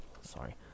sorry